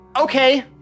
Okay